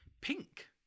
pink